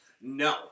No